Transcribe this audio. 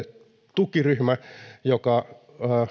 joka